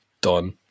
Done